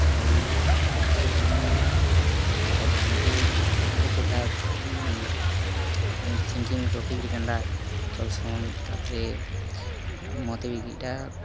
ଆଉ ତାହାକେ ଦେଖ୍ଲେ ମୁଇଁ ପଚାରିମି କି ଏତେ ବଢ଼ିଆ ଥିଂକିଙ୍ଗ୍ ରଖିକିରି କେନ୍ତା ଚଲ୍ସନ୍ ତା'ପରେ ମତେ ବି ଇଟା